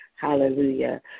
Hallelujah